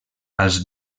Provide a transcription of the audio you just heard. als